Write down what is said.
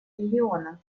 региона